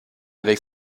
avec